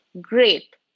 Great